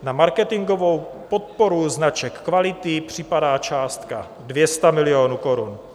Na marketingovou podporu značek kvality připadá částka 200 milionů korun.